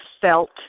felt